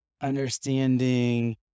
understanding